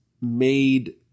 made